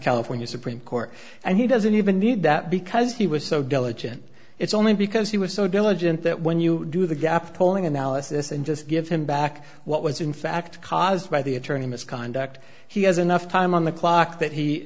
california supreme court and he doesn't even need that because he was so diligent it's only because he was so diligent that when you do the gap polling analysis and just give him back what was in fact caused by the attorney misconduct he has enough time on the clock that he